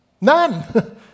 None